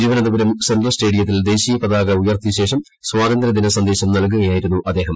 Thiruvananthapuram central സ്റ്റേഡിയത്തിൽ ദേശീയപതാക ഉയർത്തിയശേഷം സ്വാതന്ത്ര്യദിന സന്ദേശം നൽകുകയായിരുന്നു അദ്ദേഹം